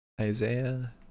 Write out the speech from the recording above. Isaiah